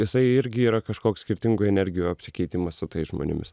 jisai irgi yra kažkoks skirtingų energijų apsikeitimas su tais žmonėmis